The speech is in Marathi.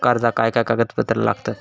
कर्जाक काय काय कागदपत्रा लागतत?